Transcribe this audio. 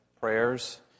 prayers